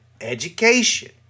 education